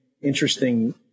interesting